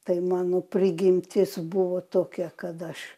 tai mano prigimtis buvo tokia kad aš